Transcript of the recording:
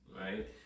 right